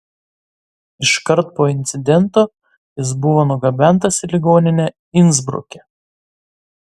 iškart po incidento jis buvo nugabentas į ligoninę insbruke